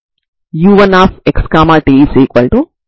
ఈ సాధారణ పరిష్కారానికి ఏమి జరుగుతుంది